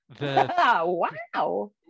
Wow